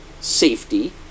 safety